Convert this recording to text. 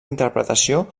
interpretació